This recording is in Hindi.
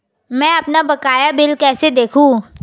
मैं अपना बकाया बिल कैसे देखूं?